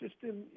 system